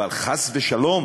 אבל חס ושלום